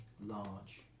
large